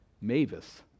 Mavis